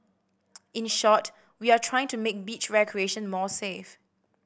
in short we are trying to make beach recreation more safe